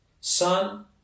Son